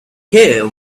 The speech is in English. care